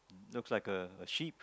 looks like a a sheep